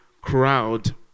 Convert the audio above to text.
crowd